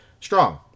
strong